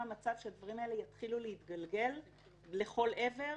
מצב שהדברים האלה יתחילו להתגלגל לכל עבר,